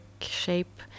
shape